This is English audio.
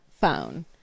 phone